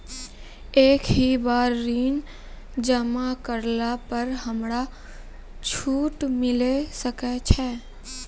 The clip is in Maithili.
एक ही बार ऋण जमा करला पर हमरा छूट मिले सकय छै?